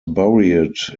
buried